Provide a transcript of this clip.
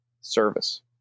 service